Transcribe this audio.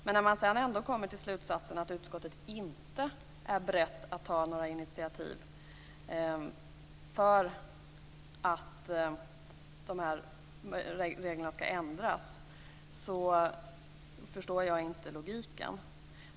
Men när man sedan ändå kommer till slutsatsen att utskottet inte är berett att ta några initiativ för att reglerna skall ändras förstår jag inte logiken.